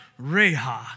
Reha